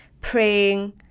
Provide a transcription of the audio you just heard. praying